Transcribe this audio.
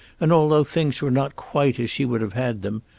and although things were not quite as she would have had them,